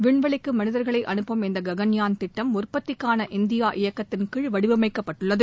விண்வெளிக்கு மனிதா்களை அனுப்பும் இந்த ககன்யாள் திட்டம் உற்பத்திக்கான இந்தியா இயக்கத்தின் கீழ் வடிவமைக்கப் பட்டுள்ளது